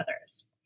others